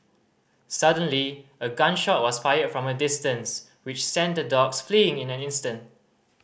suddenly a gun shot was fired from a distance which sent the dogs fleeing in an instant